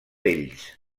ells